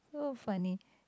oh funny